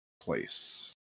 place